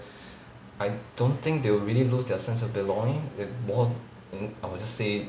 I don't think they will really lose their sense of belonging it wo~ mm I will just say